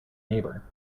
neighbour